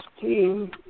team